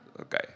okay